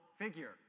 figure